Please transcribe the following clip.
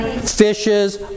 fishes